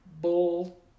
bull